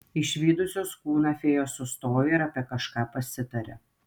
išvydusios kūną fėjos sustojo ir apie kažką pasitarė